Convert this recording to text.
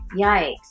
Yikes